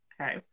Okay